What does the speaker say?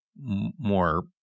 more